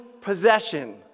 possession